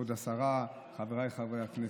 כבוד השרה, חבריי חברי הכנסת,